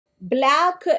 Black